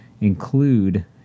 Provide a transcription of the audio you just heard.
Include